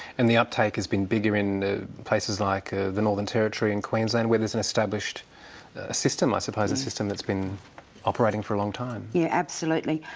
and the uptake has been bigger in places like ah the northern territory and queensland where there's an established system, i suppose a system that's been operating for a long time? yeah, absolutely.